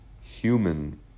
human